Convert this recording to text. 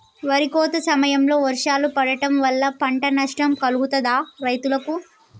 వరి కోత సమయంలో వర్షాలు పడటం వల్ల పంట నష్టం కలుగుతదా రైతులకు?